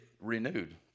renewed